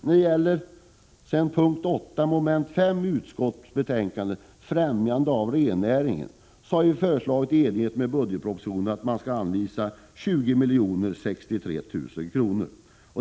När det gäller punkt 8 mom. 3 i utskottets betänkande om främjande av rennäringen har vi i enlighet med budgetpropositionen föreslagit att ett anslag på 20 063 000 kr. skall anvisas.